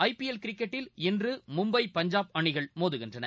IPL கிரிக்கெட்டில் இன்று மும்பை பஞ்சாப் அணிகள் மோதுகின்றன